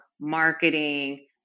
marketing